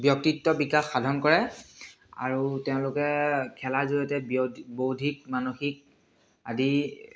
ব্যক্তিত্ব বিকাশ সাধন কৰে আৰু তেওঁলোকে খেলাৰ জৰিয়তে ব্য় বৌদ্ধিক মানসিক আদি